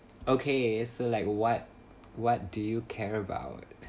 okay so like what what do you care about